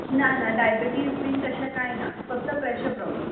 ना ना डायबिटीज बी तशें कांय ना फक्त प्रेशर प्रॉब्लेम